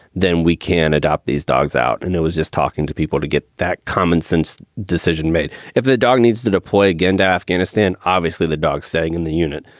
then we can adopt these dogs out. and it was just talking to people to get that commonsense decision made. if the dog needs to deploy again to afghanistan, obviously the dog's staying in the unit.